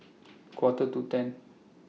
Quarter to ten